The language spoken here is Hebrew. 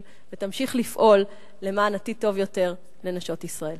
ותמשיך לפעול למען עתיד טוב יותר לנשות ישראל.